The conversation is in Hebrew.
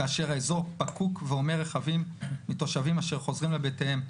כאשר אזור פקוק והומה רכבים מתושבים אשר חוזרים לבתיהם".